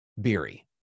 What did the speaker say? Beery